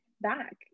back